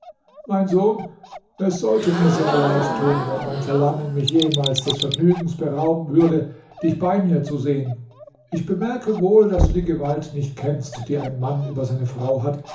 mein sohn es sollte mir sehr leid tun wenn mein verlangen mich jemals des vergnügens berauben würde dich bei mir zu sehen ich merke wohl daß du die gewalt nicht kennst die ein mann über seine frau hat